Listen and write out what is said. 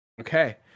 Okay